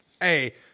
Hey